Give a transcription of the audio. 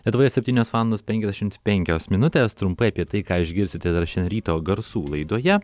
lietuvoje septynios valandos penkiasdešimt penkios minutės trumpai apie tai ką išgirsite dar šiandien ryto garsų laidoje